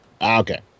Okay